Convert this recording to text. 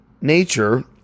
nature